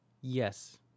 Yes